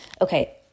Okay